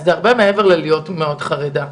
וזה הרבה מעבר ללהיות מאוד חרדה.